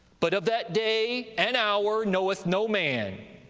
but of that day and hour knoweth no man,